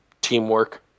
teamwork